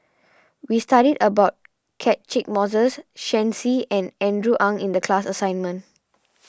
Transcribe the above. we studied about Catchick Moses Shen Xi and Andrew Ang in the class assignment